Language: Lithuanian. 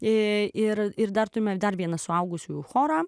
ir ir dar turime dar vieną suaugusiųjų chorą